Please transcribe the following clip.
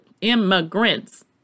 immigrants